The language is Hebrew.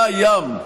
היה ים,